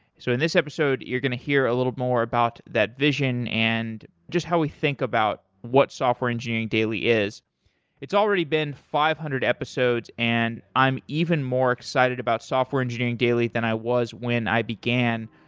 so in this episode, you're going to hear a little more about that vision and just how we think about what software engineering daily. it's already been five hundred episodes and i'm even more excited about software engineering daily than i was when i began.